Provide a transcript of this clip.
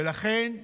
ולכן המדינה,